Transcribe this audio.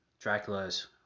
Dracula's